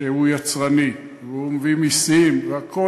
שהוא יצרני והוא מביא מסים והכול.